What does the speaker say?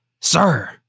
Sir